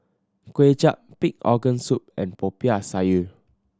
Kway Chap pig organ soup and Popiah Sayur